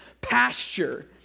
pasture